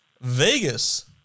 Vegas